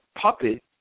puppet